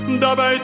Dabei